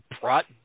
brought